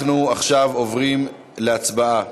אנחנו עכשיו עוברים להצבעה